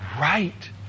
right